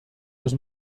los